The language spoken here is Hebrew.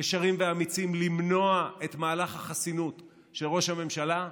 למנוע את מהלך החסינות לראש הממשלה,